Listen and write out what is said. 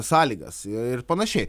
sąlygas ir panašiai